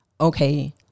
okay